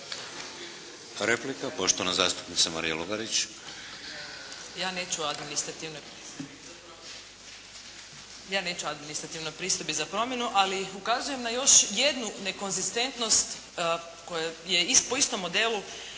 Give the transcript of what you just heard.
Replika, poštovana zastupnica Marija Lugarić. **Lugarić, Marija (SDP)** Ja neću o administrativnoj pristojbi za promjenu, ali ukazujem na još jednu nekonzistentnost koja je po istom modelu